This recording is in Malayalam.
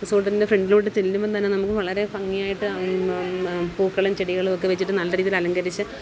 റിസോർട്ടിൻ്റെ ഫ്രണ്ടിലോട്ട് ചെല്ലുമ്പം തന്നെ നമുക്ക് വളരെ ഭംഗിയായിട്ട് പൂക്കളും ചെടികളും ഒക്കെ വെച്ചിട്ട് നല്ല രീതിയിൽ അലങ്കരിച്ച്